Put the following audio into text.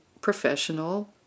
professional